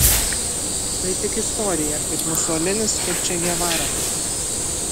tai tik istorija kaip musolinis kaip če gevara